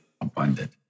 abundant